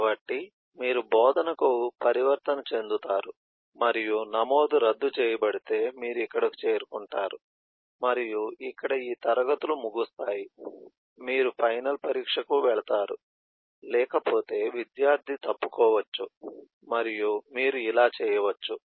కాబట్టి మీరు బోధనకు పరివర్తన చెందుతారు మరియు నమోదు రద్దు చేయబడితే మీరు ఇక్కడకు చేరుకుంటారు మరియు ఇక్కడ ఈ తరగతులు ముగుస్తాయి మీరు ఫైనల్ పరీక్షకు వెళతారు లేకపోతే విద్యార్థి తప్పుకోవచ్చు మరియు మీరు ఇలా చేయవచ్చు